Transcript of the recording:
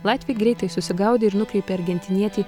latviai greitai susigaudė ir nukreipė argentinietį